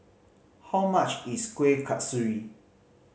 how much is Kueh Kasturi